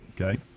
Okay